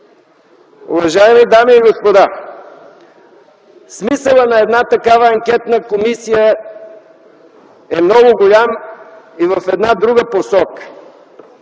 Уважаеми дами и господа, смисълът на една такава анкетна комисия е много голям и в една друга посока